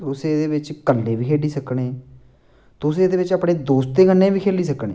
तुस एह्दे बिच्च कल्ले बी खेढी सकनें तुस एह्दे बिच्च अपने दोस्तें कन्नै बी खेली सकने